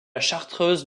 chartreuse